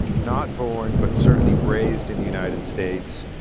not born, but certainly raised in the united states,